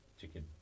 chicken